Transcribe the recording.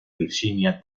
virginia